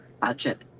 budget